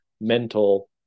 mental